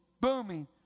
booming